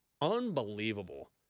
Unbelievable